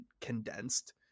condensed